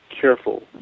careful